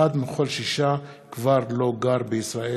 אחד מכל שישה כבר לא גר בישראל.